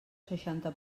seixanta